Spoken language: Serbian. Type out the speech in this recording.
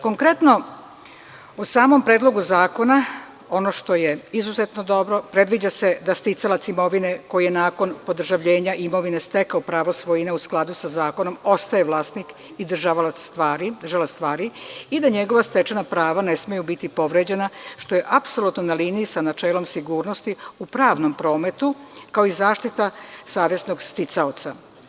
Konkretno u samom Predlogu zakona ono što je izuzetno dobro predviđa se da sticalac imovine koji je nakon podržavljenja imovine stekao pravo svojine u skladu a zakonom ostaje vlasnik i dražalac stvari i da njegovo stečena prava ne smeju biti povređena što je apsolutno na liniji sa načelom sigurnosti u pravnom prometu kao i zaštita savesnog sticaoca.